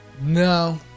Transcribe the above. No